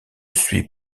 suis